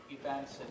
events